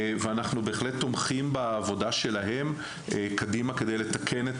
ואנחנו בהחלט תומכים בעבודה שלהם קדימה כדי לתקן את